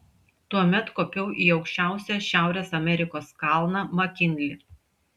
tuomet kopiau į aukščiausią šiaurės amerikos kalną makinlį